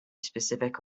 specific